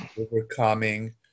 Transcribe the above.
overcoming